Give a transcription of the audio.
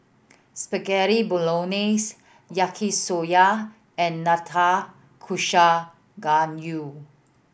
Spaghetti Bolognese Yaki Soba and Nanakusa Gayu